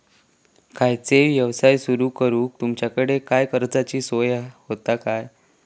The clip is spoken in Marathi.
खयचो यवसाय सुरू करूक तुमच्याकडे काय कर्जाची सोय होता काय?